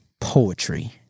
poetry